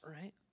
right